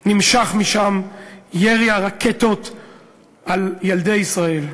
נמשך משם ירי הרקטות על ילדי ישראל.